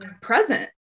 present